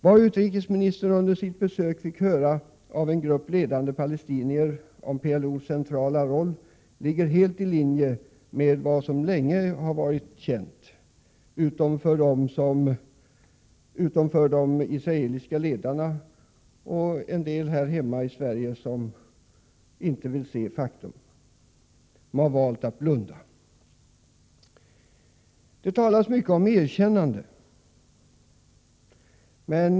Vad utrikesministern vid sitt besök fick höra av en grupp ledande palestinier om PLO:s centrala roll ligger helt i linje med vad som länge har varit känt — utom för de israeliska ledarna och för en del här hemma i Sverige som inte vill se faktum och som har valt att blunda. Det talas mycket om erkännande.